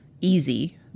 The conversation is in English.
easy